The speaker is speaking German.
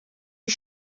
die